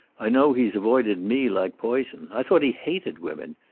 i know he's avoided me like poison. i thought he hated women.